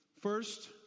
first